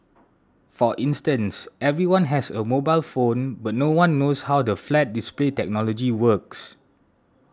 for instance everyone has a mobile phone but no one knows how the flat display technology works